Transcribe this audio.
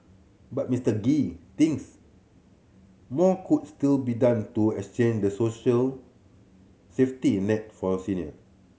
but Mister Gee thinks more could still be done to enhance the social safety net for senior